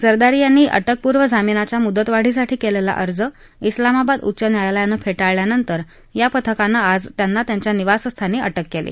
झरदारी यांनी अटकपूर्व जामीनाच्या मुदतवाढीसाठी कलिलो अर्ज इस्लामाबाद उच्च न्यायालयानं फटीळल्यानंतर या पथकानं आज झरदारी यांना त्यांच्या निवासस्थानी अटक क्ली